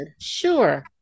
sure